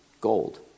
Gold